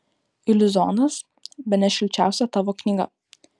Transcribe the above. iliuzionas bene šilčiausia tavo knyga